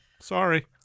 Sorry